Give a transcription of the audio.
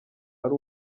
ari